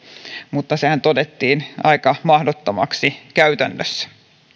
mutta sehän todettiin aika mahdottomaksi käytännössä